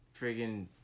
friggin